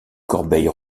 corbeilles